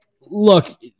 Look